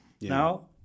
now